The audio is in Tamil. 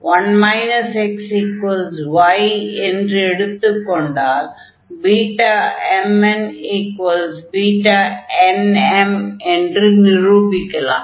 1 xy என்று எடுத்து கொண்டால் BmnBnm என்று நிரூபிக்கலாம்